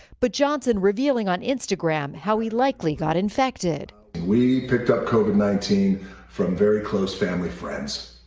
but johnson revealing on instagram how he likely got infected. we picked up covid nineteen from very close family friends.